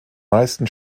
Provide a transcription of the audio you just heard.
meisten